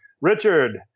Richard